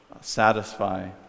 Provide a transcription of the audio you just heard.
satisfy